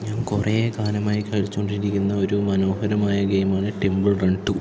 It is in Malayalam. ഞാൻ കുറേ കാലമായി കളിച്ചു കൊണ്ടിരിക്കുന്ന ഒരു മനോഹരമായ ഗെയിമാണ് ടെംപിൾ റൺ ടു